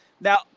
Now